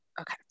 Okay